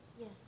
Yes